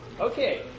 Okay